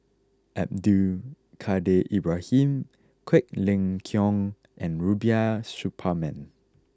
Abdul Kadir Ibrahim Quek Ling Kiong and Rubiah Suparman